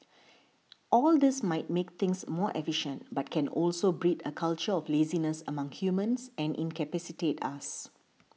all this might make things more efficient but can also breed a culture of laziness among humans and incapacitate us